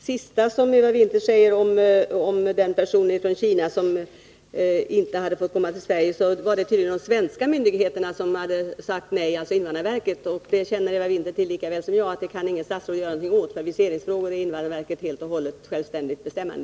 Herr talman! Vad gäller det Eva Winther sade om den person från Kina som inte fått komma till Sverige, så var det tydligen de svenska myndigheterna, dvs. invandrarverket, som hade sagt nej. Eva Winther vet lika väl som jag att inget statsråd kan göra någonting åt detta. I viseringsfrågor är ju invandrarverket självständigt bestämmande.